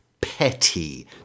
petty